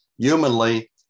Humanly